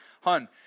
hun